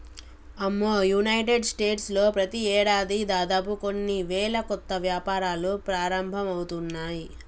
అమ్మో United States లో ప్రతి ఏడాది దాదాపు కొన్ని వేల కొత్త వ్యాపారాలు ప్రారంభమవుతున్నాయి